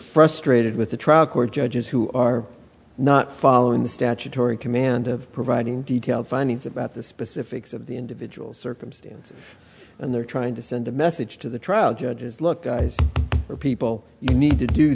frustrated with the trial court judges who are not following the statutory command of providing detail findings about the specifics of the individual circumstances and they're trying to send a message to the trial judges look for people you need to do